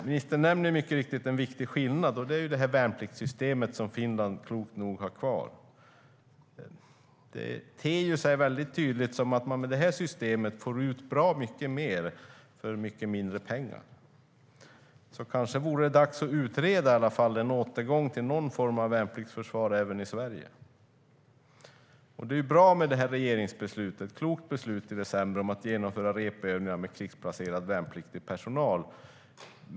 Ministern nämner mycket riktigt en viktig skillnad, och det är värnpliktssystemet som Finland klokt nog har kvar. Det ter sig tydligt att man med det systemet får ut bra mycket mer för mycket mindre pengar, så kanske det vore dags att utreda en återgång till någon form av värnpliktsförsvar även i Sverige. Regeringsbeslutet i december att genomföra repövningar med krigsplacerad värnpliktig personal var ett klokt beslut.